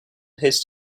his